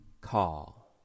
call